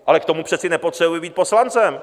Ale k tomu přece nepotřebuje být poslancem.